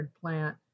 plant